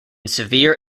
severe